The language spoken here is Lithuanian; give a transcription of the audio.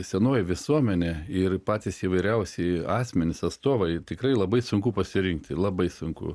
senoji visuomenė ir patys įvairiausi asmenys atstovai tikrai labai sunku pasirinkti labai sunku